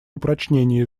упрочении